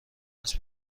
است